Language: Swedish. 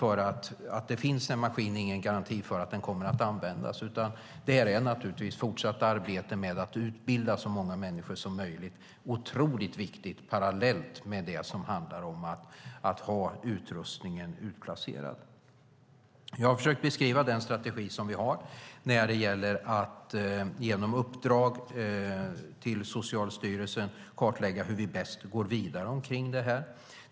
Detta att det finns en maskin är ingen garanti för att den kommer att användas. Ett fortsatt arbete med att utbilda så många människor som möjligt är otroligt viktigt parallellt med det som handlar om att ha utrustningen utplacerad. Jag har försökt beskriva den strategi som vi har när det gäller att genom uppdrag till Socialstyrelsen kartlägga hur vi bäst går vidare.